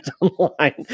online